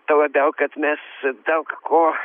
tuo labiau kad mes daug ko